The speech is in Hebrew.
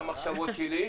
חודשיים.